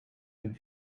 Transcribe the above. den